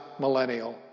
millennial